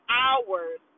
hours